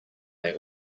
they